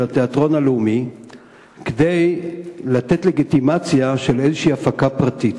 התיאטרון הלאומי כדי לתת לגיטימציה לאיזו הפקה פרטית.